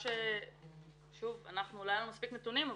לא היו לנו מספיק נתונים,